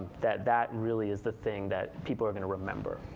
that that really is the thing that people are going to remember,